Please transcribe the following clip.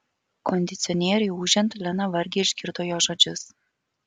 kondicionieriui ūžiant lena vargiai išgirdo jo žodžius